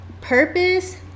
purpose